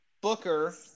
Booker